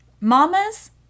Mamas